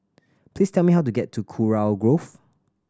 please tell me how to get to Kurau Grove